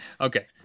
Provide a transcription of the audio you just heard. okay